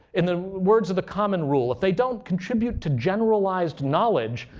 in the words of the common rule if they don't contribute to generalized knowledge,